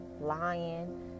lying